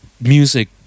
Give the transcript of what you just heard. music